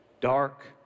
dark